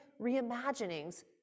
reimaginings